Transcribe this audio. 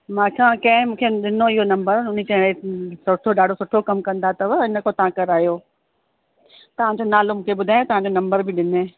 मां छा कंहिं मूंखे ॾिनो इहो नम्बर हुन चयई छोकिरो ॾाढो सुठो कमु कंदा अथव हिन खां तव्हां करायो तव्हांजो नालो मूंखे ॿुधायो तव्हांजो नम्बर बि ॾिनई